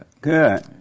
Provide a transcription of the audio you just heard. Good